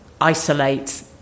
isolate